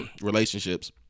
relationships